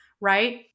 Right